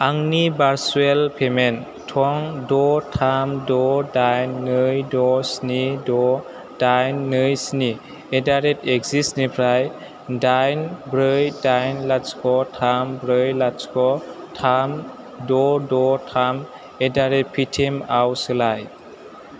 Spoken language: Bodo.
आंनि भारसुयेल पेमेन्ट थं द' थाम द' डाइन नै द' स्नि द' दाइन नै स्नि एडारेट एक्ससिस निफ्राय दाइन ब्रै डाइन लाथिख' थाम ब्रै लाथिख' थाम द' द' थाम एदारेट पेटिएम आव सोलाय